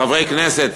חברי כנסת